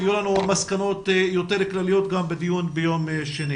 יהיו לנו מסקנות יותר כלליות אחרי הדיון שנקיים ביום שני.